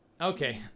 okay